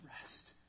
rest